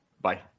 Bye